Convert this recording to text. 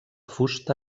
fusta